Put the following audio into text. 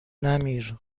نمیر